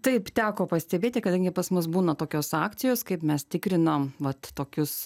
taip teko pastebėti kadangi pas mus būna tokios akcijos kaip mes tikrinam vat tokius